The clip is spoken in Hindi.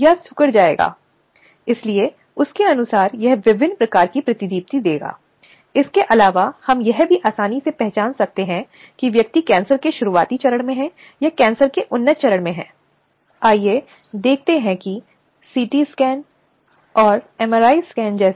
हालाँकि समिति किसी भी प्रकार की देरी के लिए उचित आधार पर और उचित कारणों से स्वतंत्र है जो कि आंतरिक शिकायत समिति को मामले की रिपोर्टिंग में हो सकती है